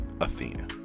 Athena